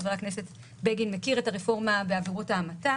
חבר הכנסת בגין מכיר את הרפורמה בעבירות ההמתה.